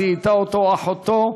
זיהתה אותו אחותו,